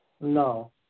No